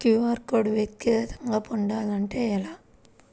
QR code వ్యక్తిగతంగా పొందాలంటే ఎలా?